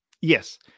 Yes